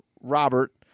Robert